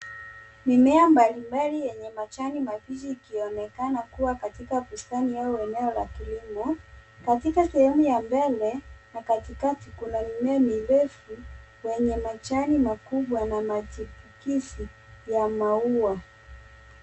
Mimea mbalimbali yenye majani kibichi ikionekana kuwa katika bustani au enwo ya kilimo. Katika sehemu ya mbele a katika kuna mimea mirefu yenye majani ma marefu na machipukizi ya maua.